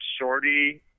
shorty